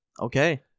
Okay